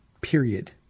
period